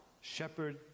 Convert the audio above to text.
Shepherd